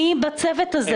נציגי המשרדים.